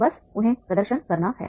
बस उन्हें प्रदर्शन करना है